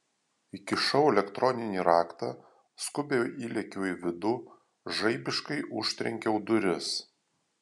įkišau elektroninį raktą skubiai įlėkiau į vidų žaibiškai užtrenkiau duris